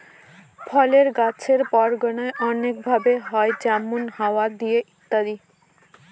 ফলের গাছের পরাগায়ন অনেক ভাবে হয় যেমন হাওয়া দিয়ে ইত্যাদি